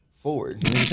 forward